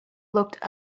looked